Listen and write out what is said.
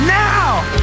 now